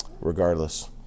regardless